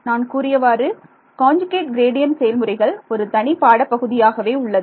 நான் கூறியவாறு conjugate gradient செயல்முறைகள் ஒரு தனி பாடப் பகுதியாகவே உள்ளது